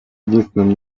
единственным